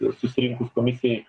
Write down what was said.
ir susirinkus komisijai